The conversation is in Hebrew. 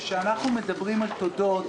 כשאנחנו מדברים על תודות,